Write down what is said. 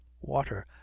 water